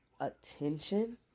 attention